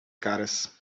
caras